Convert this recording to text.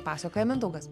pasakoja mindaugas